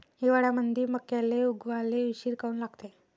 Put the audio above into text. हिवाळ्यामंदी मक्याले उगवाले उशीर काऊन लागते?